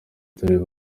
torero